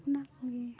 ᱚᱱᱟᱠᱚᱜᱮ